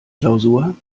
klausur